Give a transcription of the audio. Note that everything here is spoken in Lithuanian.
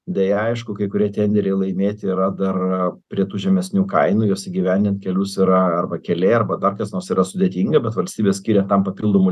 deja aišku kai kurie tenderiai laimėti yra dar prie tų žemesnių kainų juos įgyvendint kelius yra arba keliai arba dar kas nors yra sudėtinga bet valstybė skiria tam papildomų